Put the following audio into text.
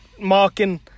mocking